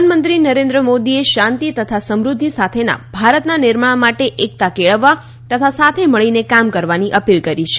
પ્રધાનમંત્રી નરેન્દ્ર મોદીએ શાંતિ તથા સમૃદ્ધિ સાથેના ભારતના નિર્માણ માટે એકતા કેળવવા તથા સાથે મળીને કામ કરવાની અપીલ કરી છે